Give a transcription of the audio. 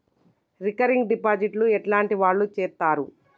Recurring deposit ఎట్లాంటి వాళ్లు చేత్తరు?